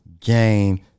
game